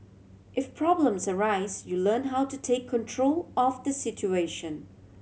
if problems arise you learn how to take control of the situation